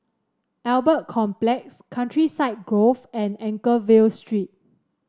Albert Complex Countryside Grove and Anchorvale Street